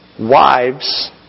wives